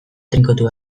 trinkotu